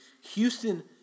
Houston